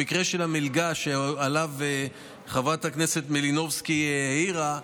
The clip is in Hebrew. במקרה של המלגה שעליו חברת הכנסת מלינובסקי העירה,